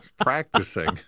Practicing